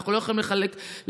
אנחנו לא יכולים לחלק לזה,